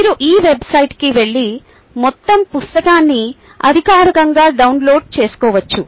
మీరు ఈ వెబ్సైట్కి వెళ్లి మొత్తం పుస్తకాన్ని అధికారికంగా డౌన్లోడ్ చేసుకోవచ్చు